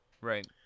Right